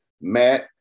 Matt